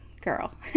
girl